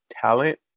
talent